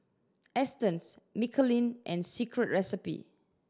Astons Michelin and Secret Recipe